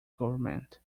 government